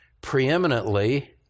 preeminently